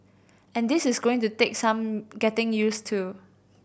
and this is going to take some getting use to